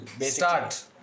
Start